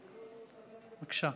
בבקשה,